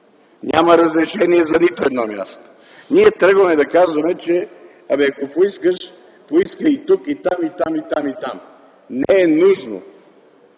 няма разрешение за нито едно място. Ние тръгваме да казваме, че ако поискаш, поискай и тук, и там, и там, и там. Не е нужно